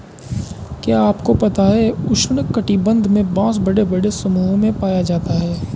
क्या आपको पता है उष्ण कटिबंध में बाँस बड़े बड़े समूहों में पाया जाता है?